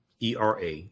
ERA